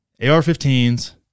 AR-15s